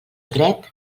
dret